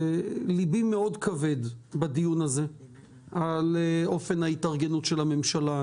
לבי מאוד כבד בדיון הזה על אופן ההתארגנות של הממשלה.